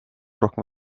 rohkem